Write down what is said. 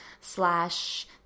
slash